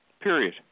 period